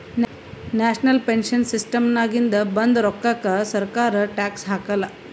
national pension ಸಿಸ್ಟಮ್ನಾಗಿಂದ ಬಂದ್ ರೋಕ್ಕಾಕ ಸರ್ಕಾರ ಟ್ಯಾಕ್ಸ್ ಹಾಕಾಲ್